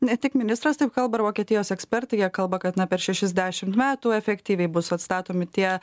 ne tik ministras taip kalba ir vokietijos ekspertai jie kalba kad na per šešis dešimt metų efektyviai bus atstatomi tie